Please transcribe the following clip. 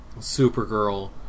Supergirl